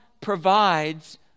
provides